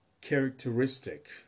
characteristic